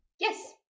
Yes